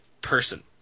person